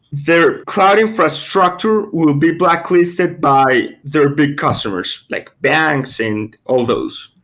their cloud infrastructure will be blacklisted by their big customers, like banks and all those.